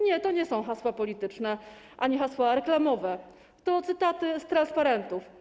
Nie, to nie są hasła polityczne ani hasła reklamowe, to cytaty z transparentów.